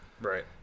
Right